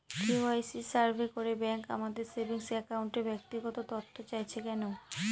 KYC survey করে bank আমাদের saving অ্যাকাউন্টের ব্যক্তিগত তথ্য চাইছে কেন?